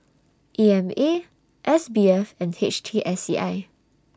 E M A S B F and H T S C I